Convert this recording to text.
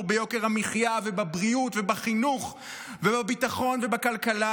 ביוקר המחיה ובבריאות ובחינוך ובביטחון ובכלכלה.